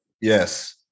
Yes